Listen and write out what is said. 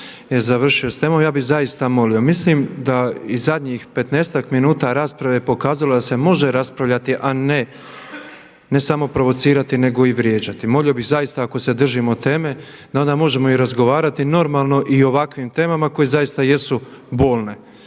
Ja bi zaista molio, mislim da i zadnjih petnaestak minuta rasprave pokazalo je da se može raspravljati a ne samo provocirati nego i vrijeđati. Molio bi zaista ako se držimo teme da onda možemo i razgovarati normalno i o ovakvim temama koje zaista jesu bolne.